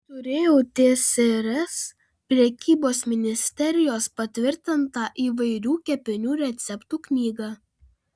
turėjau tsrs prekybos ministerijos patvirtintą įvairių kepinių receptų knygą